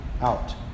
out